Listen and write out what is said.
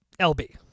LB